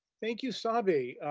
thank you, sabi.